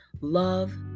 love